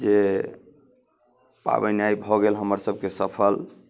जे पाबनि आइ भऽ गेल हमर सबके सफल